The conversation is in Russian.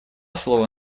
слово